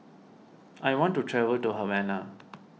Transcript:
I want to travel to Havana